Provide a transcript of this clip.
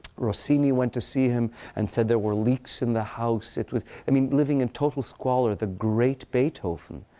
rossini went to see him and said there were leaks in the house. it was i mean living in total squalor the great beethoven.